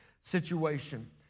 situation